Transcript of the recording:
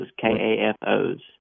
K-A-F-O's